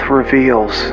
reveals